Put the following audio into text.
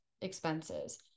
expenses